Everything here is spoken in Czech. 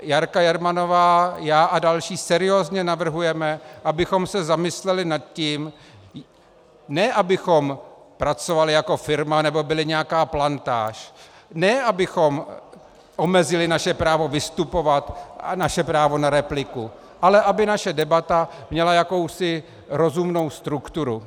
Jarka Jermanová, já a další seriózně navrhujeme, abychom se nad tím zamysleli, ne abychom pracovali jako firma nebo byli nějaká plantáž, ne abychom omezili naše právo vystupovat a naše právo na repliku, ale aby naše debata měla jakousi rozumnou strukturu.